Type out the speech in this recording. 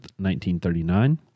1939